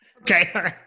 Okay